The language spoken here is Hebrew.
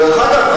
דרך אגב,